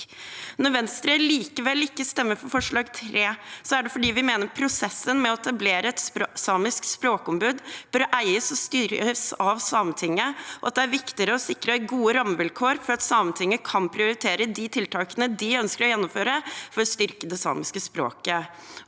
Når Venstre likevel ikke stemmer for forslag nr. 3, er det fordi vi mener prosessen med å etablere et samisk språkombud bør eies og styres av Sametinget, og at det er viktigere å sikre gode rammevilkår for at Sametinget kan prioritere de tiltakene de ønsker å gjennomføre for å styrke det samiske språket.